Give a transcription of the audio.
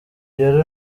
rero